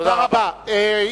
תודה רבה.